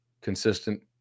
consistent